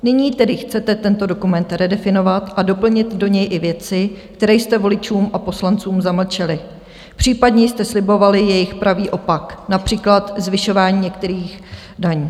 Nyní tedy chcete tento dokument redefinovat a doplnit do něj i věci, které jste voličům a poslancům zamlčeli, případně jste slibovali jejich pravý opak, například zvyšování některých daní.